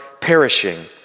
perishing